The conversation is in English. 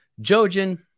Jojen